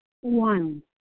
One